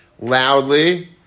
loudly